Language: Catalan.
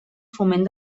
foment